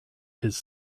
his